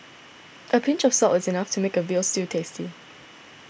a pinch of salt is enough to make a Veal Stew tasty